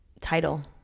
title